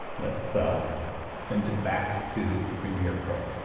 let's so send it back to premier pro.